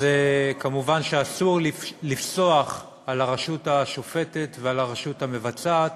אז מובן שאסור לפסוח על הרשות השופטת ועל הרשות המבצעת.